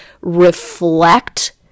reflect